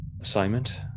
assignment